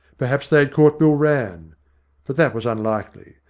perhaps they had caught bill rann but that was unlikely.